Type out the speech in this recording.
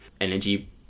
energy